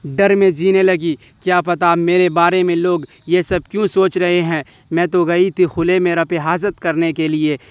ڈر میں جینے لگی کیا پتہ اب میرے بارے میں لوگ یہ سب کیوں سوچ رہے ہیں میں تو گئی تھی کھلے میں رفع حاجت کرنے کے لیے